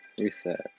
Reset